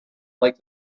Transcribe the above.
like